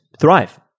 thrive